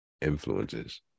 influences